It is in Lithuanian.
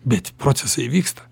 bet procesai vyksta